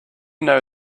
know